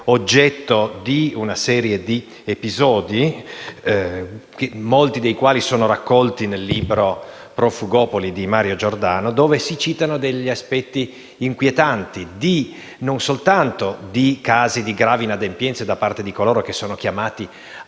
oggetto di una serie di episodi, molti dei quali sono raccolti nel libro «Profugopoli» di Mario Giordano, dove si citano alcuni aspetti inquietanti. Non si tratta soltanto di casi di gravi inadempienze da parte di coloro che sono chiamati a